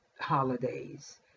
holidays